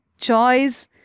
choice